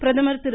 பிரதமர் திரு